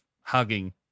hugging